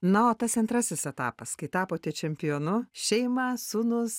na o tas antrasis etapas kai tapote čempionu šeima sūnus